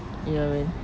ya man